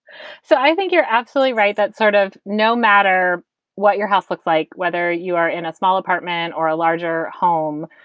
so i think you're absolutely right, that sort of no matter what your house looks like, whether you are in a small apartment or a larger home,